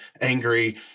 angry